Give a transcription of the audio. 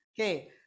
Okay